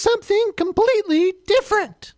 something completely different